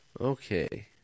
Okay